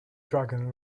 dragon